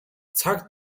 цаг